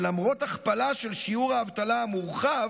למרות הכפלה של שיעור האבטלה המורחב,